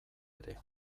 ere